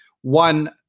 one